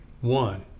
One